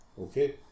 okay